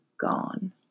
gone